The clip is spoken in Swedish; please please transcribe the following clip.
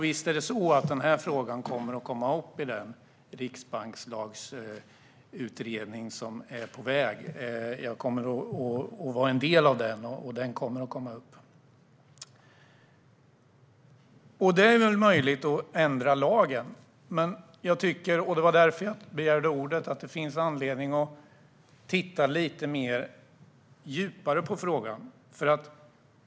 Visst kommer den här frågan att tas upp i den riksbankslagsutredning som är på väg. Jag kommer att vara en del av den utredningen. Den frågan kommer att tas upp. Det är förstås möjligt att ändra lagen. Men jag tycker att det finns anledning att titta lite djupare på frågan.